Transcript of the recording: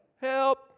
Help